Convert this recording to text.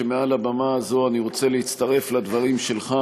מעל הבמה הזאת אני רוצה להצטרף לדברים שלך